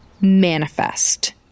Manifest